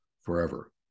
forever